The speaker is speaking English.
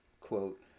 Quote